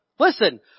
Listen